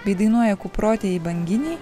bei dainuoja kuprotieji banginiai